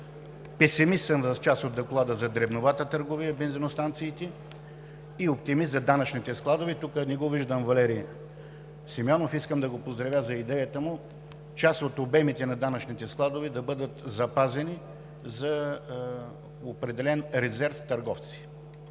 песимист съм за част от Доклада – за дребновата търговия, бензиностанциите, и оптимист – за данъчните складове. Тук не виждам Валери Симеонов, искам да го поздравя за идеята му част от обемите на данъчните складове да бъдат запазени за определен резерв търговци.